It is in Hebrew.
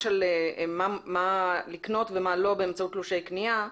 מה לקנות ומה לא באמצעות תלושי קנייה.